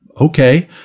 Okay